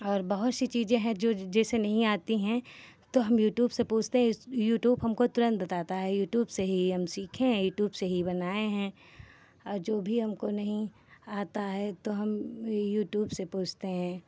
और बहुत सी चीज़ें हैं जो जैसे नहीं आती हैं तो हम यूट्यूब से पूछते हैं यूट्यूब हमको तुरन्त बताता है यूट्यूब से ही हम सीखे हैं यूट्यूब से ही बनाए हैं और जो भी हमको नहीं आता है तो हम यूट्यूब से पूछते हैं